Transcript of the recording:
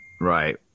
Right